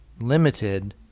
limited